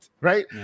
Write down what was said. right